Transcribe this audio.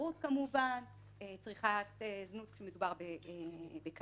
כמובן סרסרות, צריכת זנות כשמדובר בקטין.